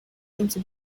into